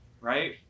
right